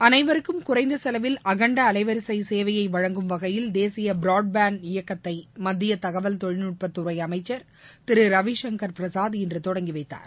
அனைவருக்கும் குறைந்த செலவில் அகண்ட அலைவரிசை சேவையை வழங்கும் வகையில் தேசிய பிராட் பேண்ட் இயக்கத்தை மத்திய தகவல் தொழில்நுட்பத்துறை அளமச்சர் திரு ரவிசங்கர் பிரசாத் இன்று தொடங்கி வைத்தார்